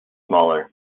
smaller